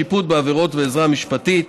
שיפוט בעבירות ועזרה משפטית),